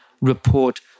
report